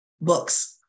books